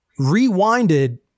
Rewinded